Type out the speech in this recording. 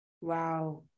Wow